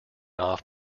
off